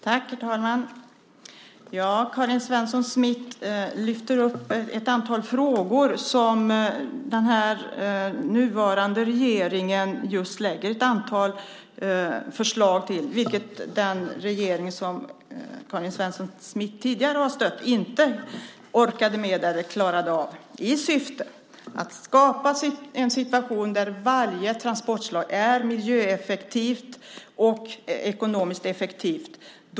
Herr talman! Karin Svensson Smith lyfter upp ett antal frågor som den nuvarande regeringen lägger fram ett antal förslag om, vilket den regering som Karin Svensson Smith tidigare har stött inte klarade av. Regeringen gör detta i syfte att skapa en situation där varje transportslag är miljöeffektivt och ekonomiskt effektivt.